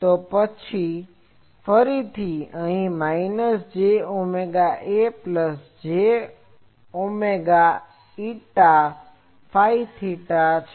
તો ફરીથી અહી minus j omega Aφ plus j omega η Fθ છે